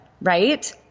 right